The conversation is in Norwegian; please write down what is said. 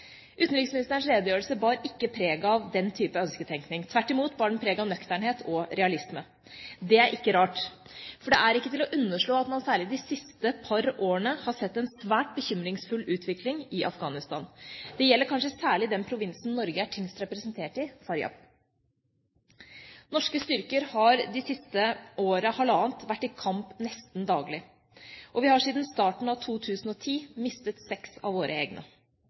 Utenriksministerens redegjørelse bar ikke preg av den type ønsketenkning. Tvert imot bar den preg av nøkternhet og realisme. Det er ikke rart, for det er ikke til å underslå at man særlig de siste par årene har sett en svært bekymringsfull utvikling i Afghanistan. Det gjelder kanskje særlig den provinsen Norge er tyngst representert i, Faryab. Norske styrker har det siste halvannet året vært i kamp nesten daglig, og vi har siden starten av 2010 mistet seks av våre egne.